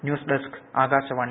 news desk Akashvani